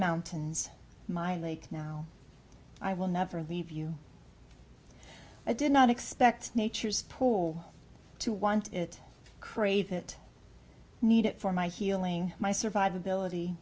mountains my lake now i will never leave you i did not expect nature's poor to want it crave it need it for my healing my survivability